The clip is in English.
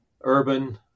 urban